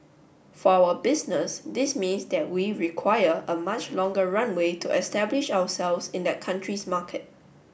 for our business this means that we require a much longer runway to establish ourselves in that country's market